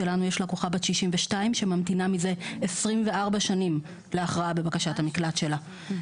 שיש לנו לקוחה בת 62 שממתינה מזה 24 שנים להכרעה בבקשת המקלט שלה,